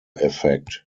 effect